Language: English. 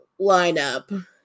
lineup